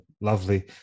lovely